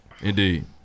Indeed